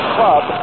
club